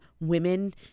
Women